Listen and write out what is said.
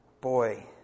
boy